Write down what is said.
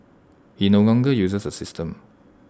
he no longer uses the system